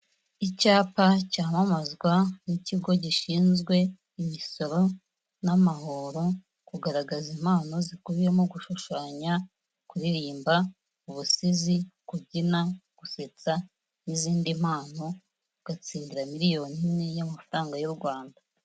Icyapa cyamamazwa n'ikigo gishinzwe imisoro n'amahoro kugaragaza impano zikubiyemo gushushanya, kuririmba, ubusizi, kubyina, gusetsa n'izindi mpano ugatsindira miliyoni imwe y'amafaranga y'u Rwanda.